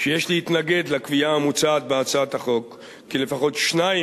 שיש להתנגד לקביעה המוצעת בהצעת החוק כי לפחות שניים